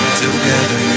together